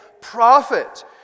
prophet